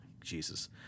Jesus